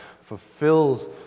fulfills